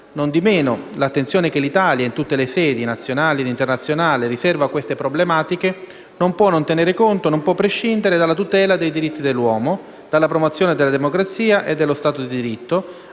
Non di meno, l'attenzione che l'Italia - in tutte le sedi, nazionali ed internazionali - riserva a queste problematiche non può prescindere dalla tutela dei diritti dell'uomo, dalla promozione della democrazia e dello Stato di diritto,